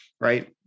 right